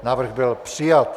Návrh byl přijat.